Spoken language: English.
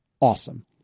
awesome